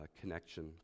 connection